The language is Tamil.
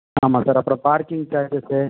ஆமாம் சார் அப்புறம் பார்க்கிங் சார்ஜஸ்ஸு